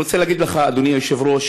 אני רוצה להגיד לך, אדוני היושב-ראש,